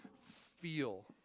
feel